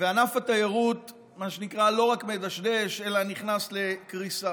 וענף התיירות מה שנקרא לא רק מדשדש אלא נכנס לקריסה.